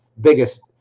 biggest